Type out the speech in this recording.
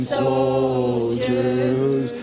soldiers